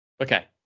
Okay